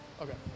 Okay